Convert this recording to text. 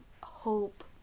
hope